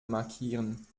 markieren